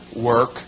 work